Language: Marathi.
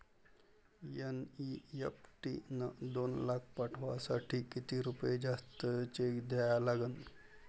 एन.ई.एफ.टी न दोन लाख पाठवासाठी किती रुपये जास्तचे द्या लागन?